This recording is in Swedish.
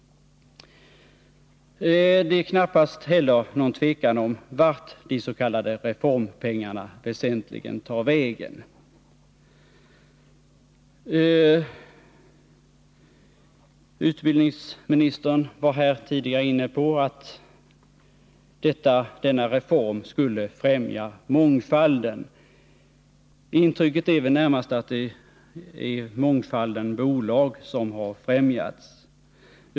Det är knappast heller något tvivel om vart de s.k. reformpengarna väsentligen tar vägen. Utbildningsministern var här tidigare inne på att denna reform skulle främja mångfalden. Intrycket är väl närmast att det är mångfalden bolag som har främjats.